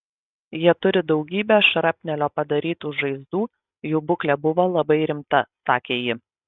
jie turi daugybę šrapnelio padarytų žaizdų jų būklė buvo labai rimta sakė ji